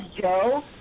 Joe